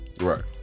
right